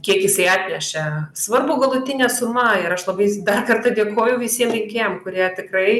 kiek jisai atnešė svarbu galutinė suma ir aš labai dar kartą dėkoju visiem rinkėjam kurie tikrai